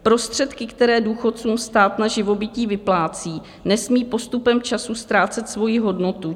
Prostředky, které důchodcům stát na živobytí vyplácí, nesmí postupem času ztrácet svoji hodnotu.